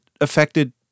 affected